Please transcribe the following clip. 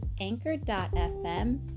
anchor.fm